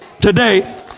today